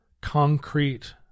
concrete